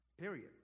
Period